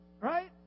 Right